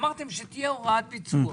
אמרתם שתהיה הודעת ביצוע.